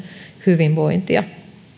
hyvinvointia